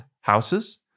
houses